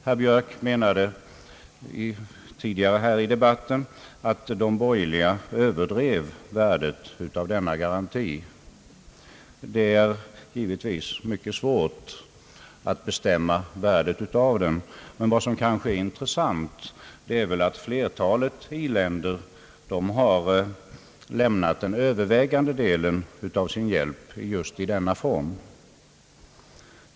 Herr Björk menade tidigare här i debatten att de borgerliga överdrev värdet av denna garanti. Det är givetvis mycket svårt att bestämma värdet av den, men vad som kanske är intressant är väl att flertalet industriländer har lämnat den övervägande delen av sin hjälp just i denna form.